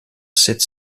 cette